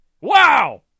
Wow